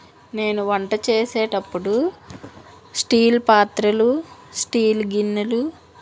నేను వంట చేసేటప్పుడు స్టీల్ పాత్రలు స్టీల్ గిన్నెలు